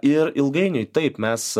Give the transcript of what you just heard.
ir ilgainiui taip mes